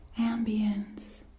Ambience